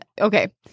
okay